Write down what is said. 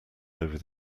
over